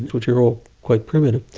which are all quite primitive.